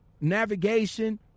navigation